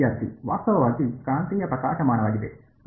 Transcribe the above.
ವಿದ್ಯಾರ್ಥಿ ವಾಸ್ತವವಾಗಿ ಕಾಂತೀಯ ಪ್ರಕಾಶಮಾನವಾಗಿದೆ ಮತ್ತು